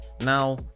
Now